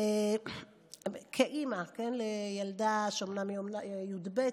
כאימא לילדה שהיא אומנם בי"ב,